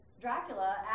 Dracula